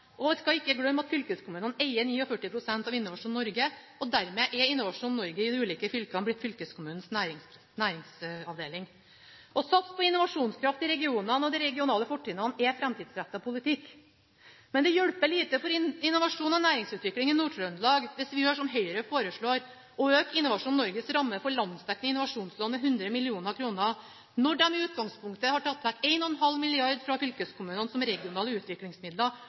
skal ikke glemme at fylkeskommunene eier 49 pst. av Innovasjon Norge, og dermed er Innovasjon Norge i de ulike fylkene blitt fylkeskommunenes næringsavdeling. Å satse på innovasjonskraften i regionene og de regionale fortrinnene er framtidsrettet politikk. Det hjelper lite for innovasjon og næringsutvikling i Nord-Trøndelag hvis vi gjør som Høyre foreslår, å øke Innovasjon Norges ramme for landsdekkende innovasjonslån med 100 mill. kr når de i utgangspunktet har tatt vekk 1,5 mrd. kr fra fylkeskommunene i regionale utviklingsmidler,